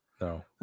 No